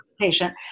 patient